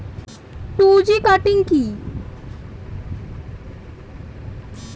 Two G cutting কি?